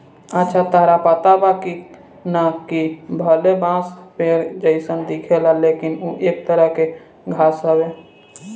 अच्छा ताहरा पता बा की ना, कि भले बांस पेड़ जइसन दिखेला लेकिन उ एक तरह के घास हवे